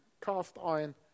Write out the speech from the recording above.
cast-iron